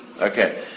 Okay